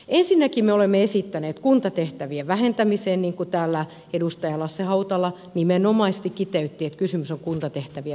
ensinnäkin me olemme esittäneet kuntatehtävien vähentämisiä niin kuin täällä edustaja lasse hautala nimenomaisesti kiteytti että kysymys on kuntatehtävien vähentämisestä